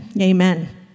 Amen